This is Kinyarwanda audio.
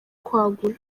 kwagura